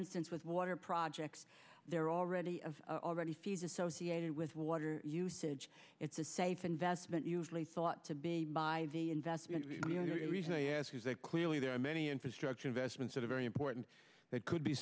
instance with water projects there are already of already fees associated with water usage it's a safe investment usually thought to be by the investment reason i ask is that clearly there are many infrastructure investments that are very important that could be